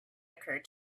occurred